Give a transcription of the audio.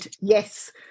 yes